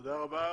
תודה רבה.